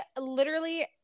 literally-